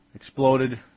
Exploded